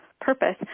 purpose